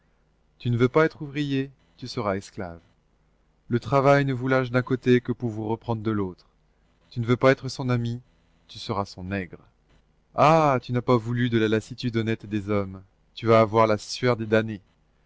tu ne veux pas être ouvrier tu seras esclave le travail ne vous lâche d'un côté que pour vous reprendre de l'autre tu ne veux pas être son ami tu seras son nègre ah tu n'as pas voulu de la lassitude honnête des hommes tu vas avoir la sueur des damnés